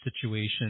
situation